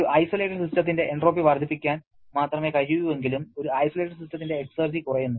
ഒരു ഐസൊലേറ്റഡ് സിസ്റ്റത്തിന്റെ എൻട്രോപ്പി വർദ്ധിപ്പിക്കാൻ മാത്രമേ കഴിയൂവെങ്കിലും ഒരു ഐസൊലേറ്റഡ് സിസ്റ്റത്തിന്റെ എക്സർജി കുറയുന്നു